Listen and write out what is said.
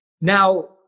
Now